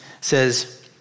says